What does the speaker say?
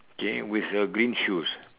okay with a green shoes